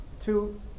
two